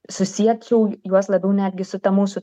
susiečiau juos labiau netgi su ta mūsų